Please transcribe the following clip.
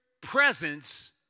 presence